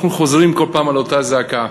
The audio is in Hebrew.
אנחנו חוזרים כל פעם על אותה זעקה.